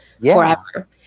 forever